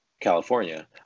California